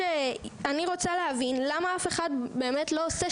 אני רוצה להבין למה אף אחד באמת לא עושה